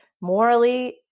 morally